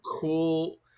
cool